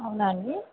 అవునా అండి